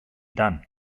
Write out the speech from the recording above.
dann